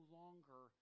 longer